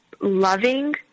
loving